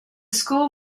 school